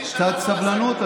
קצת סבלנות.